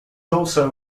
also